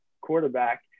quarterback